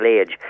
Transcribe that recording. age